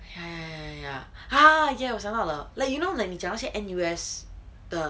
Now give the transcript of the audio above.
ya ya ya ya ah ya 我想到了 like you know 你讲那些 N_U_S 的